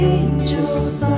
angels